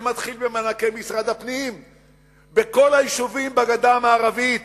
זה מתחיל במענקי משרד הפנים בכל היישובים בגדה המערבית,